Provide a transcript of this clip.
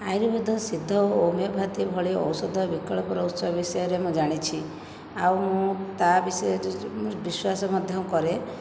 ଆୟୁର୍ବେଦ ସିଦ୍ଧ ଓ ହୋମିଓପାଥି ଭଳି ଔଷଧ ବିକଳ୍ପର ଉତ୍ସ ବିଷୟରେ ମୁଁ ଜାଣିଛି ଆଉ ମୁଁ ତା ବିଷୟରେ ମୁଁ ବିଶ୍ଵାସ ମଧ୍ୟ କରେ